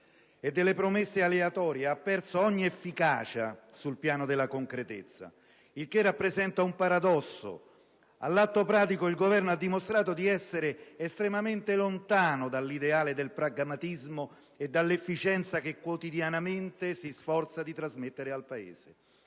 e delle promesse aleatorie, perdendo ogni efficacia sul piano della concretezza, il che rappresenta un paradosso. All'atto pratico il Governo ha dimostrato di essere estremamente lontano dall'ideale del pragmatismo e dell'efficienza che quotidianamente si sforza di trasmettere al Paese